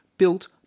built